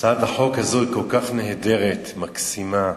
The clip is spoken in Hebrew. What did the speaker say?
הצעת החוק הזאת כל כך נהדרת, מקסימה,